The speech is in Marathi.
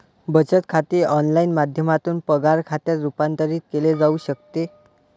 बचत खाते ऑनलाइन माध्यमातून पगार खात्यात रूपांतरित केले जाऊ शकते